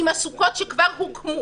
לראות את הסוכות שכבר הוקמו.